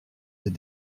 des